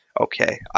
Okay